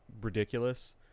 ridiculous